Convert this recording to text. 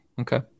Okay